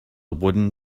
wooden